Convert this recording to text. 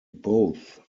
both